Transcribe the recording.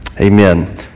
Amen